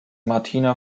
martina